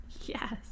yes